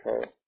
Okay